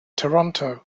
toronto